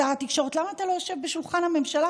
שר התקשורת, למה אתה לא יושב בשולחן הממשלה?